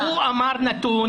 הוא אמר נתון.